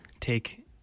take